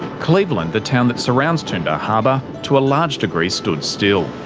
cleveland, the town that surrounds toondah harbor, to a large degree stood still,